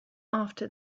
after